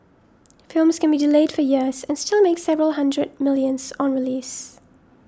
films can be delayed for years and still make several hundred millions on release